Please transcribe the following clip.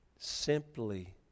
simply